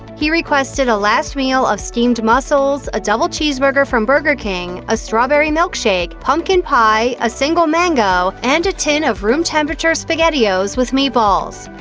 he requested a last meal of steamed mussels, a double cheeseburger from burger king, a strawberry milkshake, pumpkin pie, a single mango, and a tin of room-temperature spaghettios with meatballs.